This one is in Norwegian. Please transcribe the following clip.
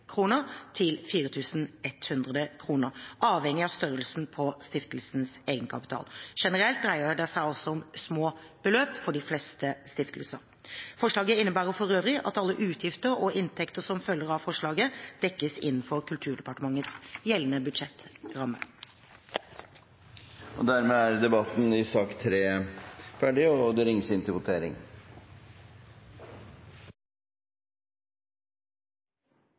avhengig av størrelsen på stiftelsens egenkapital. Generelt dreier det seg om svært små beløp for nesten enhver stiftelse. Forslaget innebærer for øvrig at alle utgifter og inntekter som følger av forslaget, dekkes innenfor Kulturdepartementets gjeldende budsjettramme. Flere har ikke bedt om ordet til sak nr. 3. Da er Stortinget klar til å gå til votering.